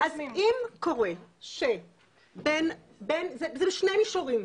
זה בשני מישורים.